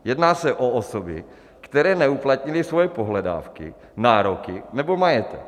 Jedná se o osoby, které neuplatnily svoje pohledávky, nároky nebo majetek.